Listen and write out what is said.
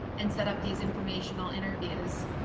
and set up these informational interviews.